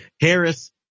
Harris